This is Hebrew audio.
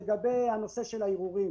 לגבי נושא הערעורים